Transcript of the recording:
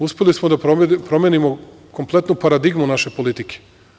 Uspeli smo da promenimo kompletnu paradigmu naše politike.